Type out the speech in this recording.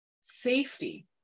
safety